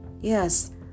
Yes